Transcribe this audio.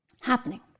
happening